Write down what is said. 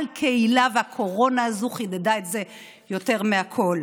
על הקהילה, והקורונה הזאת חידדה את זה יותר מהכול.